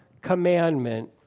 commandment